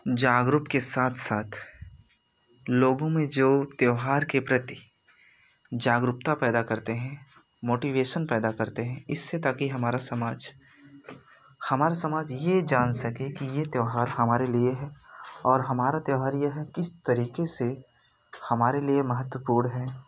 जागरूक के साथ साथ लोगों में जो त्यौहार के प्रति जागरूकता पैदा करते हैं मोटिवेशन पैदा करते हैं इससे ताकि हमारा समाज हमारा समाज ये जान सके कि ये त्यौहार हमारे लिए है और हमारा त्यौहार यह किस तरीके से हमारे लिए महत्वपूर्ण है